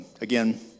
Again